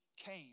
came